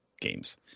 games